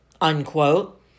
unquote